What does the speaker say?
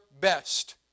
best